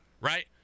right